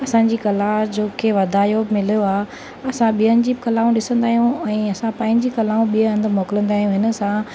असांजी कला जो खे वधायो मिलियो आहे असां ॿियनि जी कलाऊं बि ॾिसंदा आहियूं ऐं असां पंहिंजी कलाऊं ॿिएं हंधु मोकिलींदा आहियूं हिनसां